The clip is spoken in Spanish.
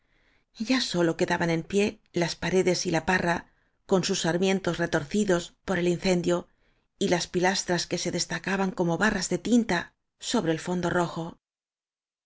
grasa ya sólo quedaban en pie las paredes y la parra con sus sarmientos retorcidos por el in cendio y las pilastras que se destacaban como barras de tinta sobre el fondo rojo